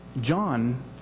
John